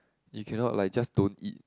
you cannot like just don't eat